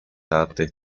artes